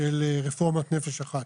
של רפורמת 'נפש אחת'.